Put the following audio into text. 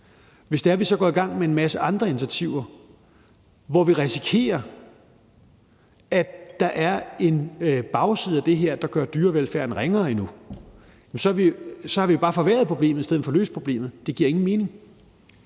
vi så går i gang med en masse andre initiativer, hvor vi risikerer, at der er en bagside af det her, der gør dyrevelfærden ringere endnu, så har vi bare forværret problemet i stedet for at løse problemet. Det giver ingen mening.